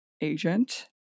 agent